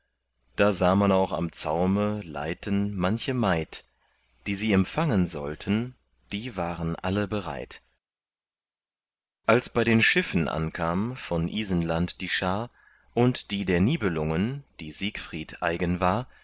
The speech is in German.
da sah man auch am zaume leiten manche maid die sie empfangen sollten die waren alle bereit als bei den schiffen ankam von isenland die schar und die der nibelungen die siegfried eigen war